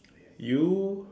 you